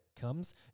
comes